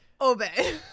obey